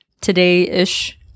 today-ish